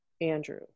Andrew